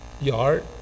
yard